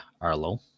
arlo